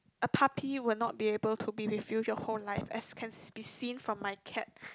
a puppy will not be able to be with you your whole life as can be seen from my cat